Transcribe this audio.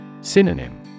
Synonym